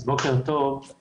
בוקר טוב.